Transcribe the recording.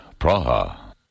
Praha